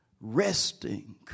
resting